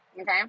Okay